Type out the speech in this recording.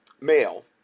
male